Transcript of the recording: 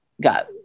got